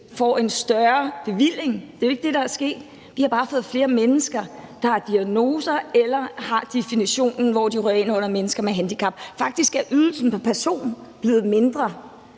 får en større bevilling. For det er jo ikke det, der er sket, men vi har bare fået flere mennesker, der har diagnoser, eller som har definitionen, hvor de ryger ind under betegnelsen mennesker med handicap. Faktisk er ydelsen pr. person blevet mindre,